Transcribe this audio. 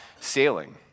sailing